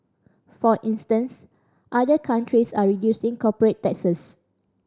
for instance other countries are reducing corporate taxes